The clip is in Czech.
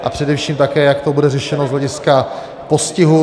A především také, jak to bude řešeno z hlediska postihu.